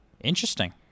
interesting